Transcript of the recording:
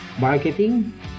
marketing